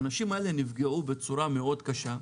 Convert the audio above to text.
האנשים האלה נפגעו בצורה מאוד קשה.